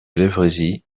levrézy